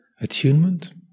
attunement